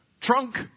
trunk